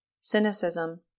cynicism